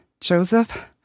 Joseph